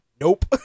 Nope